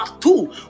two